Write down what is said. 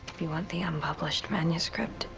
you want the unpublished manuscript?